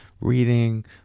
reading